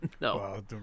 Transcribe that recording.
no